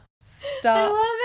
Stop